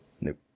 nope